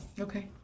Okay